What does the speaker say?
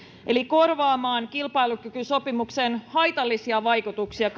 eli korvaamaan kilpailukykysopimuksen haitallisia vaikutuksia